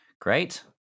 great